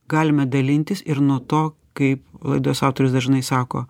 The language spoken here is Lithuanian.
galime dalintis ir nuo to kaip laidos autorius dažnai sako